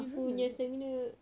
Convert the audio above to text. you run already [what]